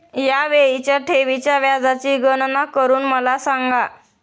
या वेळीच्या ठेवीच्या व्याजाची गणना करून मला सांगा